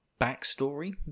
backstory